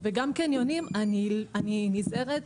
וגם קניונים אני נזהרת,